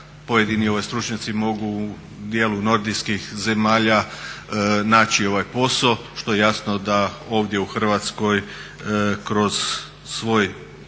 pojedini stručnjaci mogu u dijelu nordijskih zemalja naći posao. Što jasno da ovdje u Hrvatskoj kroz svoj